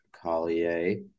collier